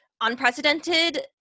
unprecedented